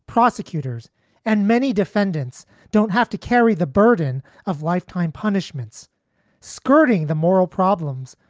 prosecutors and many defendants don't have to carry the burden of lifetime punishments skirting the moral problems.